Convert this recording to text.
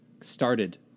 started